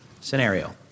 Scenario